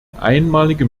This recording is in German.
einmalige